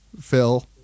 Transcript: Phil